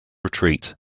retreat